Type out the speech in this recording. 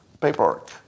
paperwork